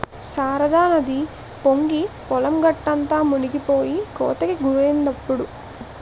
శారదానది పొంగి పొలం గట్టంతా మునిపోయి కోతకి గురైందిప్పుడు